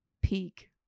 peak